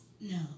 No